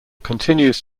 continues